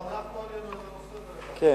לא אנחנו העלינו את הנושא, דרך אגב.